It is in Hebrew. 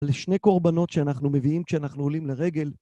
לשני קורבנות שאנחנו מביאים כשאנחנו עולים לרגל.